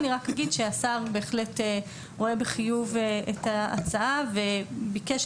אני רק אגיד שהשר בהחלט רואה בחיוב את ההצעה וביקש